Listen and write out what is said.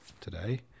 today